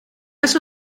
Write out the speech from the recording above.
ios